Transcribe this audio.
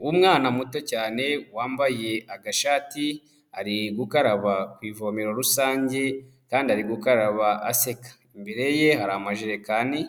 Uwo mwana muto cyane wambaye agashati, ari gukaraba ku ivome rusange kandi ari gukaraba aseka. Imbere ye hari amajerekani